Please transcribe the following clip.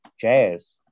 jazz